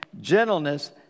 gentleness